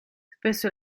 spesso